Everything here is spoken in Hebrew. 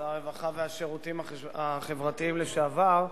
"שר הרווחה והשירותים החברתיים לשעבר",